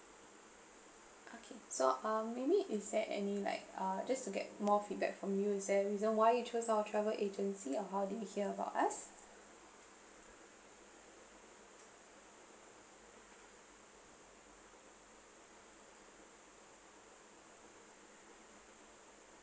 okay so um maybe is there any like uh just to get more feedback from you is there a reason why you chose our travel agency or how did you hear about us